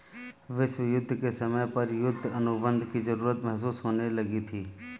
विश्व युद्ध के समय पर युद्ध अनुबंध की जरूरत महसूस होने लगी थी